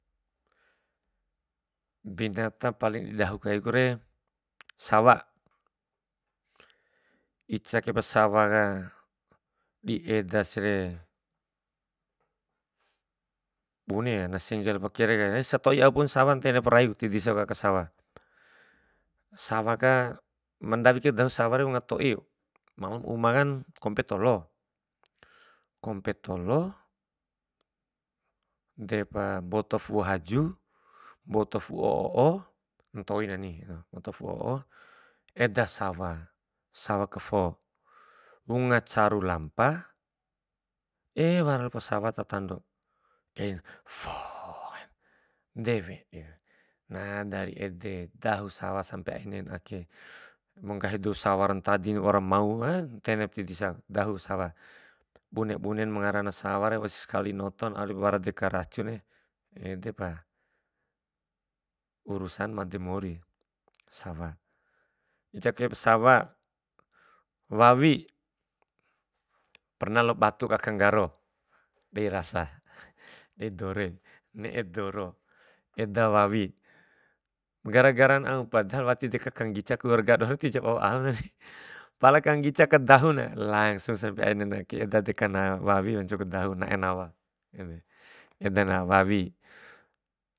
Binata paling dahu kaikure, sawa, ica kai ba sawaka, di edasire bune ya na sengge lalop kere, se toi aupun sawa ntene pa rai ku tidisa ku aka sawa. Sawaka, mandawi kai dahu sawaka wunga toi, uma kan kompe tolo, kompe tolo, mboto fu'u haju, mboto fu'u o'o ntoi nani, fu'u o'o. Eda sawa, sawa kafo wunga caru lampa e wara lalo pa sawa tatando, elina foo. Na dari ede dahu sawa sampe ai nain ake, ma nggahi dou sawa ra ntadina waura mau, e ntenep tidisaku, dahu sawa. Bune bune ma ngarana sawa re wausi sekali notona au walipu wara racuna, edepa urusan made mori, sawa. Ica kai sawa, wawi, perna ku lao batu aka nggaro, dei rasa, dei dore ne'e doro, eda wawi, gara garan au, pada hal wati si kanggica kaluarga doho re wati au au na. Pala kanggica kadahu na, langsung sampe aina ake, eda deka na wawi wancuku dahu ku, nae nawa edena wawi.